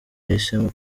yahisemo